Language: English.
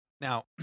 Now